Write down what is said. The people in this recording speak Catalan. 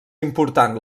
important